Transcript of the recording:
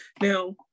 Now